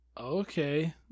Okay